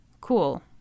Cool